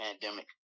pandemic